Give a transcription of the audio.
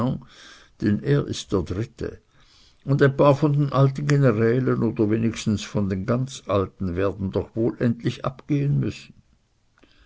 denn er ist der dritte und ein paar von den alten generälen oder wenigstens von den ganz alten werden doch wohl endlich abgehen müssen